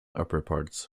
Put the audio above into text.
upperparts